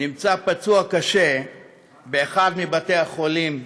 נמצא פצוע קשה באחד מבתי-החולים בברלין.